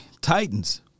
Titans